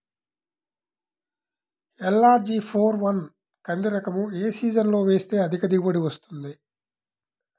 LRG four one కంది రకం ఏ సీజన్లో వేస్తె అధిక దిగుబడి వస్తుంది?